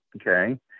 okay